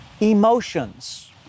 emotions